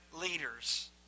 leaders